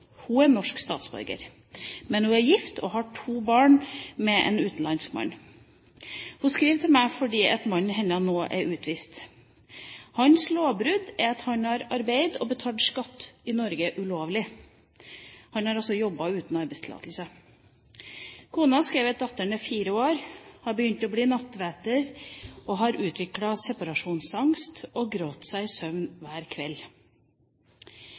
Hun er norsk statsborger, men hun er gift og har to barn med en utenlandsk mann. Hun skriver til meg fordi mannen hennes nå er utvist. Hans lovbrudd er at han har arbeidet og betalt skatt i Norge ulovlig. Han har altså jobbet uten arbeidstillatelse. Kona skriver at datteren på fire år har begynt å bli nattevæter, har utviklet separasjonsangst og gråter seg i søvn hver kveld.